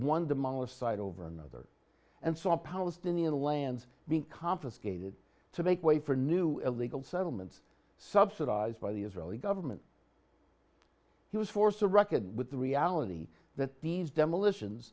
one demolished site over another and saw palestinian lands being confiscated to make way for new illegal settlements subsidized by the israeli government he was forced to reckon with the reality that these demolition